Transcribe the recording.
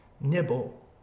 nibble